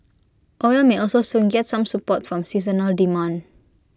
oil may also soon get some support from seasonal demand